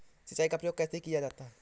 सिंचाई का प्रयोग कैसे किया जाता है?